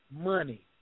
money